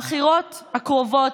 הבחירות הקרובות,